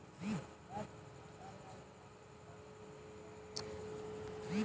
सब्जी के भाव ऑनलाइन बढ़ियां कइसे मिली?